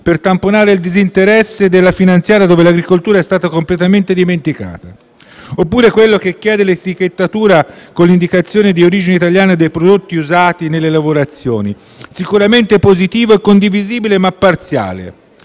per tamponare il disinteresse di una legge di bilancio in cui l'agricoltura è stata completamente dimenticata, oppure quello che chiede l'etichettatura con l'indicazione di origine italiana dei prodotti usati nelle lavorazioni, sicuramente positivo e condivisibile, ma parziale.